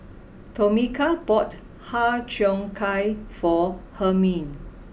Tomeka bought Har Cheong Gai for Hermine